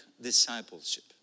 discipleship